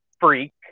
freak